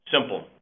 simple